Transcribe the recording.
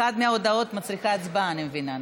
אחת מההודעות מצריכה הצבעה, אני מבינה.